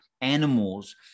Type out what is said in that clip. animals